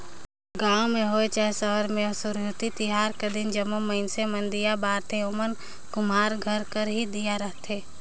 गाँव होए चहे सहर में होए सुरहुती तिहार कर दिन जम्मो मइनसे मन दीया बारथें ओमन कुम्हार घर कर ही दीया रहथें